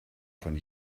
von